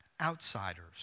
Outsiders